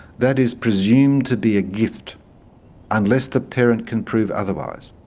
that is presumed to be a gift unless the parent can prove otherwise.